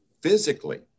physically